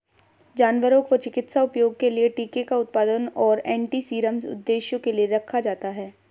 जानवरों को चिकित्सा उपयोग के लिए टीके का उत्पादन और एंटीसीरम उद्देश्यों के लिए रखा जाता है